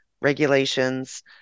regulations